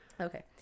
Okay